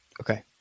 Okay